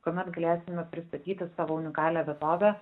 kuomet galėsime pristatyti savo unikalią vietovę